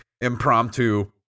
impromptu